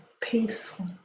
peaceful